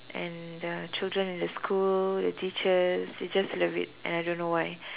and uh children in the school the teachers they just love it and I don't know why